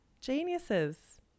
geniuses